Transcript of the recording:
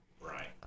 Right